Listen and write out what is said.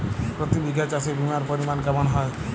প্রতি বিঘা চাষে বিমার পরিমান কেমন হয়?